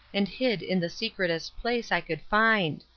and hid in the secretest place i could find.